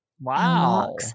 Wow